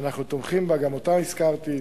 שאנחנו תומכים בה, וגם אותה הזכרתי.